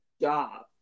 job